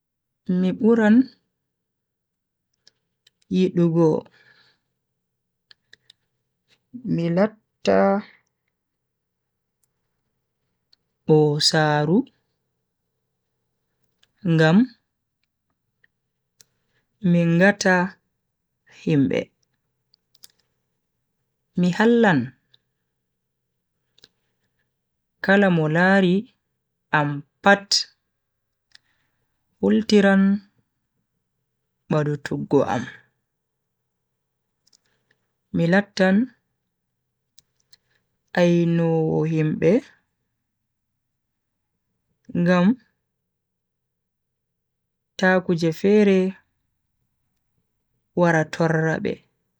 Mi buran yidugo mi latta bosaaru ngam mi ngata himbe. mi hallan kala Mo lari am pat hultiran badutuggo am. mi lattan ainowo himbe ngam ta kuje fere wara torra be.